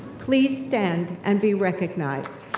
please stand and be recognized?